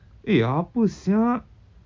eh apa sia